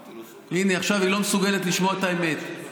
הינה, עכשיו היא לא מסוגלת לשמוע את האמת.